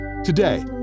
Today